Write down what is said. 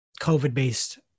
COVID-based